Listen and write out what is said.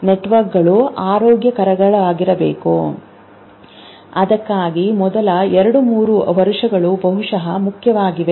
ನೆಟ್ವರ್ಕ್ಗಳು ಆರೋಗ್ಯಕರವಾಗಿರಬೇಕು ಅದಕ್ಕಾಗಿಯೇ ಮೊದಲ ಎರಡು ಮೂರು ವರ್ಷಗಳು ಬಹುಶಃ ಮುಖ್ಯವಾಗಿವೆ